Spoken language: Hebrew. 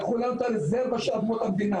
לקחו לנו את הרזרבה של אדמות המדינה,